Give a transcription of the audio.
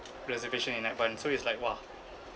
reservation in advance so it's like !wah!